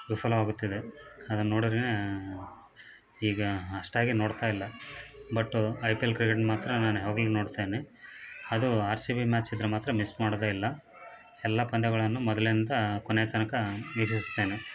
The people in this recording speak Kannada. ವಿಫಲವಾಗುತ್ತಿದೆ ಅದನ್ನು ನೋಡಿದ್ರೇ ಈಗ ಅಷ್ಟಾಗಿ ನೋಡ್ತಾಯಿಲ್ಲ but I P L cricket ಮಾತ್ರ ನಾನು ಯಾವಾಗಲು ನೋಡ್ತೇನೆ ಅದು ಆರ್ ಸಿ ಬಿ ಮ್ಯಾಚ್ ಇದ್ರೆ ಮಾತ್ರ ಮಿಸ್ ಮಾಡೋದೆ ಇಲ್ಲ ಎಲ್ಲ ಪಂದ್ಯಗಳನ್ನು ಮೊದಲಿಂದ ಕೊನೇ ತನಕ ವಿಕ್ಷಿಸುತ್ತೇನೆ